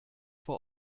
vor